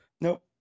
Nope